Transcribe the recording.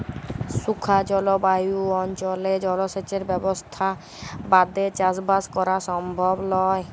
শুখা জলভায়ু অনচলে জলসেঁচের ব্যবসথা বাদে চাসবাস করা সমভব লয়